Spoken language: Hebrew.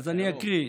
אז אני אקריא.